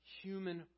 human